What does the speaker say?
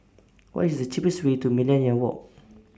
What IS The cheapest Way to Millenia Walk